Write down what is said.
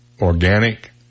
organic